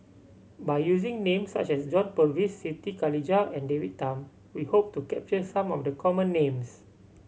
by using names such as John Purvis Siti Khalijah and David Tham we hope to capture some of the common names